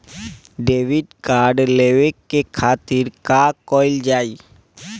Debit card लेवे के खातिर का कइल जाइ?